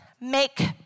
make